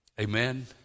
Amen